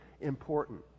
important